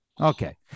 Okay